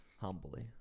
Humbly